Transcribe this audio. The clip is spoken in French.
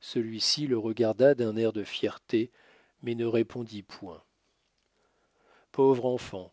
celui-ci le regarda d'un air de fierté mais ne répondit point pauvre enfant